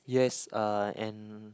yes uh and